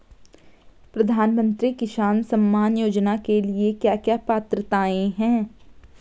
प्रधानमंत्री किसान सम्मान योजना के लिए क्या क्या पात्रताऐं हैं?